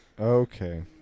Okay